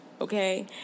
okay